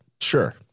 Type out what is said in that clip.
Sure